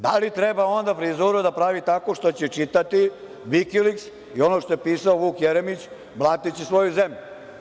Da li treba onda frizuru da pravi tako što će čitati Vikiliks i ono što je pisao Vuk Jeremić blateći svoju zemlju?